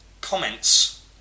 comments